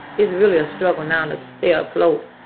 it's really a struggle now to stay afloat.